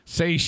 say